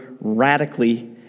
radically